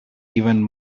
even